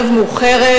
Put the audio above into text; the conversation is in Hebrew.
רבים,